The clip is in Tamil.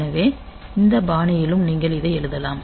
எனவே இந்த பாணியிலும் நீங்கள் இதை எழுதலாம்